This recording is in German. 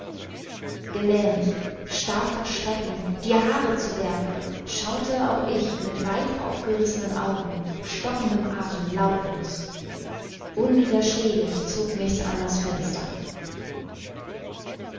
gelähmt starr vor schrecken die haare zu berge schaute auch ich mit weit aufgerissenen augen stockendem athem lautlos unwiderstehlich zog mich's an das fenster